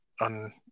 on